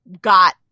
got